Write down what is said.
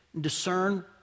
discern